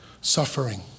Suffering